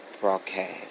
broadcast